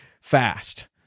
fast